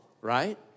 right